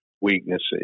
weaknesses